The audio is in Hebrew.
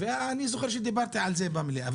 אני זוכר שדיברתי על זה במליאה.